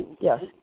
Yes